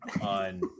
on